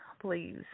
please